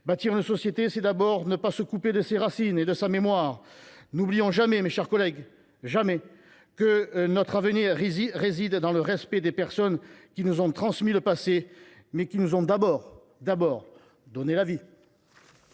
Bâtir une société, c’est d’abord ne pas se couper de ses racines et de sa mémoire. N’oublions jamais, mes chers collègues, que notre avenir réside dans le respect des personnes qui nous ont certes transmis le passé, mais qui nous ont d’abord donné la vie.